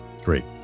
great